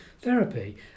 therapy